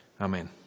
Amen